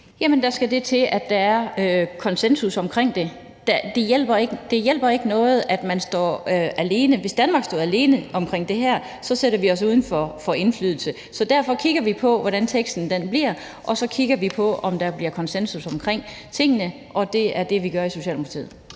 (S): Der skal det til, at der er konsensus omkring det. Det hjælper ikke noget, at man står alene – hvis Danmark står alene omkring det her, sætter vi os uden for indflydelse. Så derfor kigger vi på, hvordan teksten bliver, og så kigger vi på, om der bliver konsensus omkring tingene. Det er det, vi gør i Socialdemokratiet.